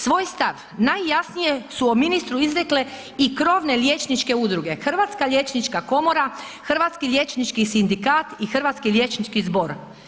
Svoj stav najjasnije su o ministru izrekle i krovne liječnike udruge, Hrvatska liječnička komora, Hrvatski liječnički sindikat i Hrvatski liječnički zbor.